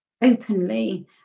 openly